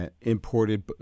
imported